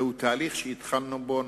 זה תהליך שהתחלנו בו,